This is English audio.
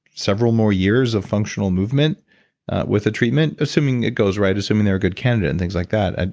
several more years of functional movement with the treatment? assuming it goes right, assuming they're a good candidate and things like that. and